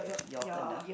your turn ah